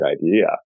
idea